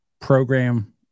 program